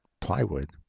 plywood